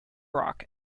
rock